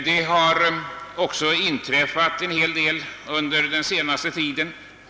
Det har också inträffat en hel del under den senaste tiden.